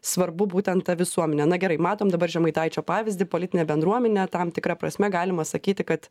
svarbu būtent ta visuomenė na gerai matom dabar žemaitaičio pavyzdį politinė bendruomenė tam tikra prasme galima sakyti kad